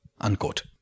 Unquote